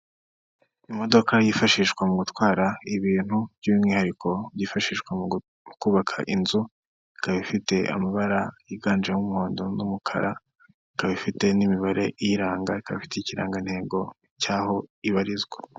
Imodoka yifashishwa mu gutwara ibintu by'umwihariko byifashishwa mu kubaka inzu, ikaba ifite amabara yiganjemo umuhondo n'umukara, ikaba ifite n'imibare iyiranga, ikaba ifite ikirangantego cy'aho ibarizwa.